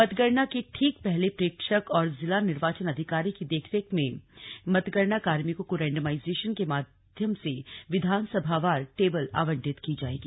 मतगणना के ठीक पहले प्रेक्षक और जिला निर्वाचन अधिकारी की देखरेख में मतगणना कार्मिकों को रेन्डामाइजेशन के माध्यम से विधानसभावार टेबल आवंटित की जाएगी